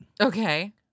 Okay